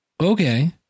okay